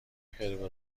غیر